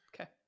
Okay